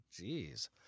Jeez